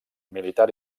militar